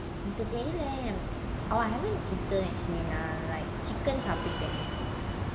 தெரில:terila oh I haven't eaten actually like chicken சாப்பிட்டது:saptathu